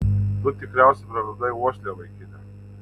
tu tikriausiai praradai uoslę vaikine